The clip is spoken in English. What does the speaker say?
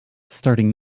starting